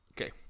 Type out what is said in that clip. Okay